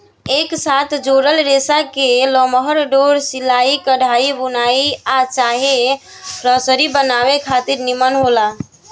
एक साथ जुड़ल रेसा के लमहर डोरा सिलाई, कढ़ाई, बुनाई आ चाहे रसरी बनावे खातिर निमन होला